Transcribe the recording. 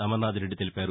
అమర్నాథ్ రెడ్డి తెలిపారు